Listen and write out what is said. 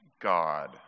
God